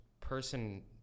person